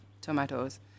tomatoes